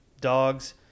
dogs